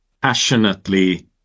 passionately